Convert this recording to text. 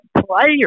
player